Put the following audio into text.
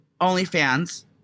OnlyFans